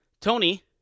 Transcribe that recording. Tony